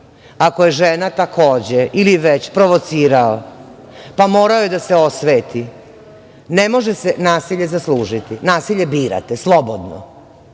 ako je žena takođe, ili već provocirala. Pa, morao je da se osveti. Ne može se nasilje zaslužiti. Nasilje birate, slobodno.